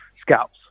scouts